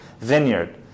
vineyard